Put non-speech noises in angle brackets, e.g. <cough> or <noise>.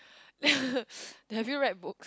<laughs> have you read books